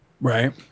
right